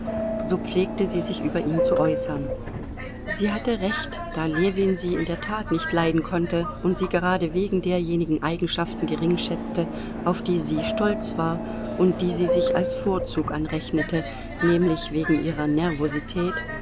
so pflegte sie sich über ihn zu äußern sie hatte recht da ljewin sie in der tat nicht leiden konnte und sie gerade wegen derjenigen eigenschaften geringschätzte auf die sie stolz war und die sie sich als vorzug anrechnete nämlich wegen ihrer nervosität